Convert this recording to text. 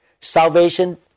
Salvation